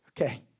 Okay